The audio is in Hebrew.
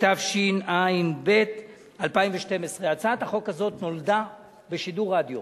התשע"ב 2012. הצעת החוק הזו נולדה בשידור רדיו.